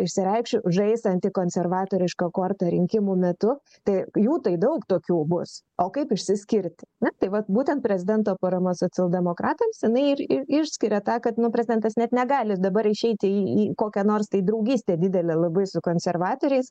išsireikšiu žais antikonservatorišką kortą rinkimų metu tai jų tai daug tokių bus o kaip išsiskirti na tai vat būtent prezidento parama socialdemokratams jinai ir išskiria ta kad nu prezidentas net negali dabar išeiti į į kokią nors tai draugystė didelę labai su konservatoriais